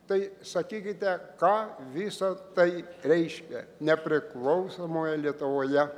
tai sakykite ką visa tai reiškia nepriklausomoje lietuvoje